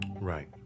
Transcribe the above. Right